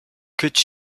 could